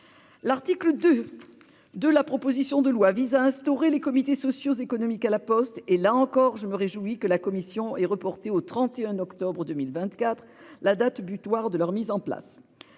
L'article 2 de la proposition de loi instaure les comités sociaux économiques à La Poste ; là encore, je me réjouis que la commission ait reporté au 31 octobre 2024 la date butoir de leur mise en place.